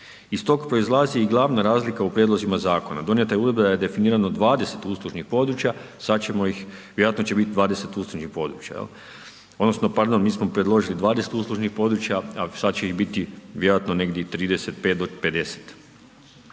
Iz tog proizlazi i glavna razlika u prijedlozima zakona. Donijeta je uredba da je definirano 20 uslužnih područja, sada ćemo ih, vjerojatno će biti 20 uslužnih područja, odnosno pardon, mi smo predložili 20 uslužnih područja a sada će ih biti vjerojatno negdje 35 do 50.